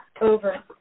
over